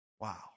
Wow